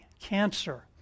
cancer